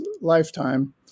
lifetime